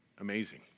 Amazing